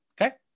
Okay